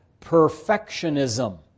perfectionism